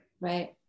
Right